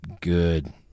good